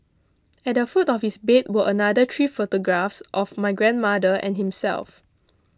at the foot of his bed were another three photographs of my grandmother and himself